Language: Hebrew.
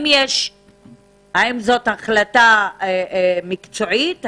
האם זאת החלטה מקצועית,